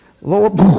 Lord